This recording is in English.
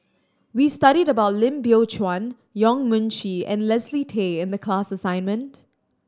we studied about Lim Biow Chuan Yong Mun Chee and Leslie Tay in the class assignment